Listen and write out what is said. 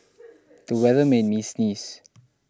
the weather made me sneeze